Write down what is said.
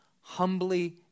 humbly